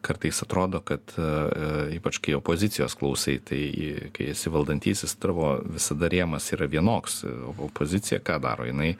kartais atrodo kad ypač kai opozicijos klausai tai kai esi valdantysis tavo visada rėmas yra vienoks opozicija ką daro jinai